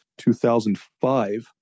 2005